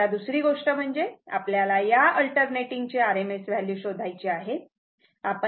आता दुसरी गोष्ट म्हणजे आपल्याला या अल्टरनेटिंग ची RMS व्हॅल्यू शोधायचे आहे